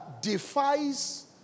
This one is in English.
defies